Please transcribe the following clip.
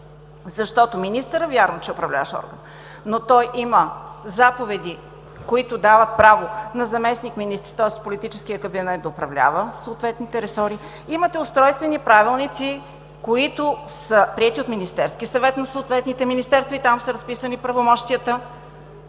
че министърът е управляващ орган, но той има заповеди, които дават право на заместник-министри, тоест политическият кабинет да управлява съответните ресори – имате устройствени правилници, които са приети от Министерския съвет, от съответните министерства, и там са разписани правомощията.